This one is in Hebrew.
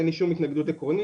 אין לי שום התנגדות עקרונית.